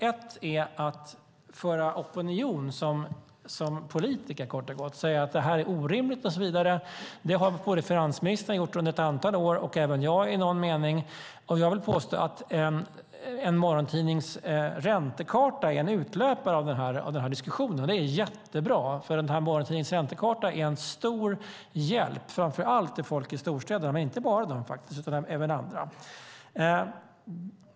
Ett är att som politiker bilda opinion kort och gott, säga att det här är orimligt och så vidare. Det har finansministern gjort under ett antal år och även jag i någon mening, och jag vill påstå att en morgontidnings räntekarta är en utlöpare av den här diskussionen. Det är jättebra, för den här morgontidningens räntekarta är en stor hjälp, framför allt för folk i storstäderna, men inte bara för dem faktiskt utan även för andra.